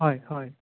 হয় হয়